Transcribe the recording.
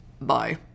Bye